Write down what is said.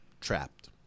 trapped